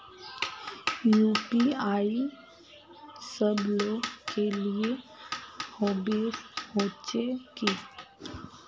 UPI सब लोग के लिए होबे होचे की?